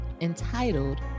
entitled